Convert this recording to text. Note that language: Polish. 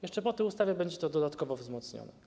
Jeszcze po tej ustawie będzie to dodatkowo wzmocnione.